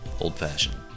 Old-fashioned